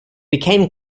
became